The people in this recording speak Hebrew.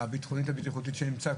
הביטחונית, הבטיחותית שנמצא.